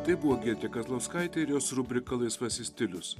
tai buvo gėtė kazlauskaitė ir jos rubrika laisvasis stilius